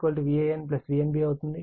కాబట్టి Vab Van Vnb అవుతుంది